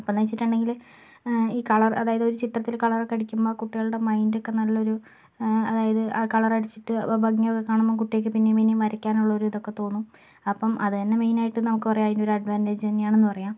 അപ്പമെന്നു വെച്ചിട്ടുണ്ടെങ്കില് ഈ കളർ അതായത് ഒരു ചിത്രത്തില് കളറൊക്കെ അടിക്കുമ്പോൾ കുട്ടികളുടെ മൈൻഡ് ഒക്കെ നല്ലൊരു അതായത് ആ കളറടിച്ചിട്ട് ഭംഗിയൊക്കെ കാണുമ്പോൾ കുട്ടികൾക്ക് പിന്നേയും പിന്നേയും വരാക്കാനുള്ളൊരു ഇതൊക്കെ തോന്നും അപ്പം അതെന്നെ മൈനായിട്ട് നമുക്ക് പറയുക അതിൻ്റെ അഡ്വാൻറ്റേജെന്നെയാണെന്നു പറയാം